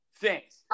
thanks